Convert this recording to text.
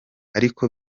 ariko